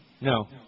No